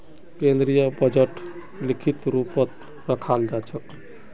केन्द्रीय बजटक लिखित रूपतत रखाल जा छेक